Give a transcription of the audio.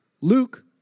Luke